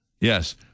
Yes